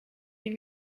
die